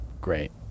Great